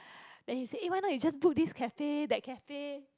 then he said eh why not you just book this cafe that cafe